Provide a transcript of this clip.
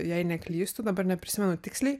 jei neklystu dabar neprisimenu tiksliai